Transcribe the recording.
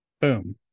boom